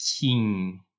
king